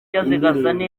indirimbo